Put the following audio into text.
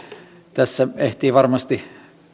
tässä ehtii varmasti